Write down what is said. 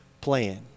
plan